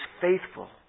faithful